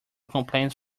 complaints